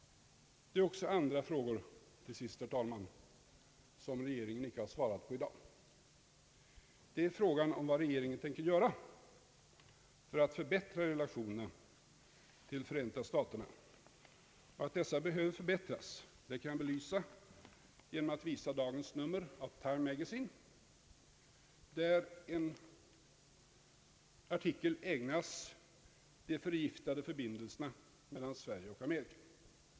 Det finns även andra frågor, herr talman, som regeringen i dag inte har svarat på, t.ex. frågan om vad regeringen tänker göra för att förbättra relationerna till Förenta staterna. Att dessa behöver förbättras kan jag belysa genom att visa dagens nummer av Time Magazine, där en artikel ägnas de förgiftade förbindelserna mellan Sverige och USA.